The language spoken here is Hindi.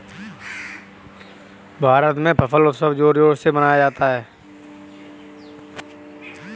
भारत में फसल उत्सव जोर शोर से मनाया जाता है